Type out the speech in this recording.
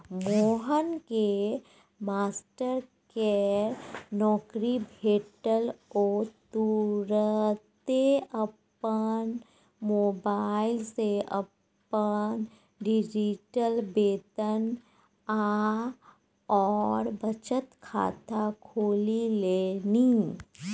मोहनकेँ मास्टरकेर नौकरी भेटल ओ तुरते अपन मोबाइल सँ अपन डिजिटल वेतन आओर बचत खाता खोलि लेलनि